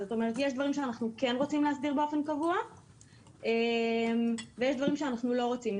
יש דברים שאנחנו כן רוצים להסדיר באופן קבוע ויש דברים שאנחנו לא רוצים.